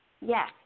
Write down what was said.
yes